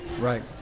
right